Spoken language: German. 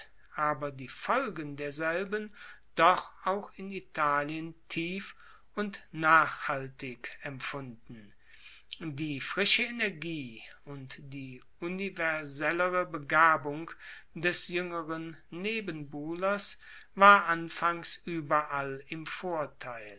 aber die folgen derselben doch auch in italien tief und nachhaltig empfunden die frische energie und die universellere begabung des juengeren nebenbuhlers war anfangs ueberall im vorteil